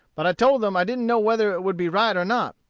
but i told them i didn't know whether it would be right or not,